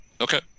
Okay